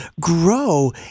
grow